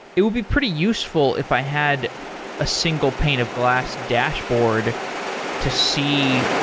it would be pretty useful if i had a single pane of glass dashboard to see